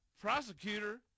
prosecutor